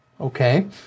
okay